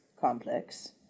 complex